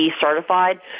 certified